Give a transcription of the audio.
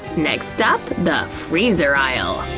next stop? the freezer aisle!